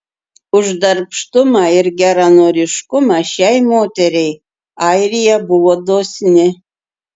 už darbštumą ir geranoriškumą šiai moteriai airija buvo dosni